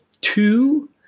two